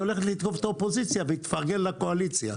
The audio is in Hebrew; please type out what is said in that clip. היא הולכת לתקוף את האופוזיציה והיא תפרגן לקואליציה.